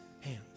hands